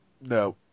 No